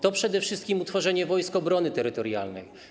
To przede wszystkim utworzenie Wojsk Obrony Terytorialnej.